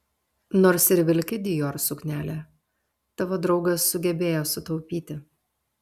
nors ir vilki dior suknelę tavo draugas sugebėjo sutaupyti